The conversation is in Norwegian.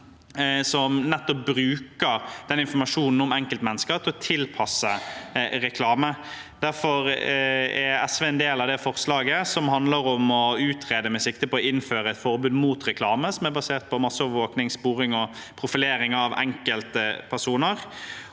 som nettopp bruker informasjonen om enkeltmennesker til å tilpasse reklame. Derfor er SV med på forslaget som handler om å utrede med sikte på å innføre et forbud mot reklame som er basert på masseovervåkning, sporing og profilering av enkeltpersoner.